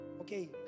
Okay